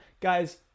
Guys